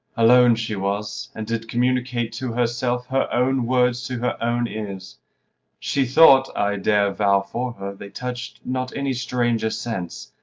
alone she was, and did communicate to herself her own words to her own ears she thought, i dare vow for her, they touch'd not any stranger sense.